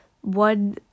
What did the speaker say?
one